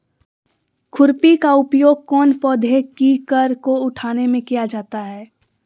खुरपी का उपयोग कौन पौधे की कर को उठाने में किया जाता है?